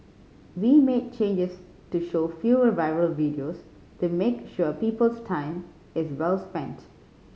we made changes to show fewer viral videos to make sure people's time is well spent